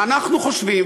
ואנחנו חושבים,